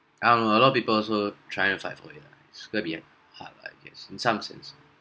I know a lot of people also trying to fight for it lah so it's going to be a bit hard I guess in some sense